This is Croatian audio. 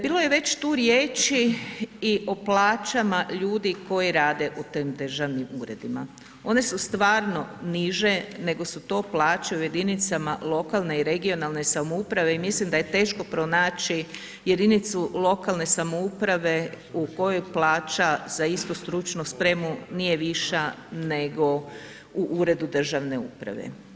Bilo je već tu riječi i o plaćama ljudi koji rade u tim državnim uredima, one su stvarno niže nego su to plaće u jedinicama lokalne i regionalne samouprave i mislim da je teško pronaći jedinicu lokalne samouprave u kojoj plaća za istu stručnu spremu nije viša nego u uredu državne uprave.